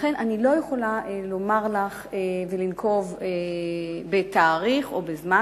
לכן, אני לא יכולה לומר לך ולנקוב בתאריך או בזמן.